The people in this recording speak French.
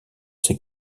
ses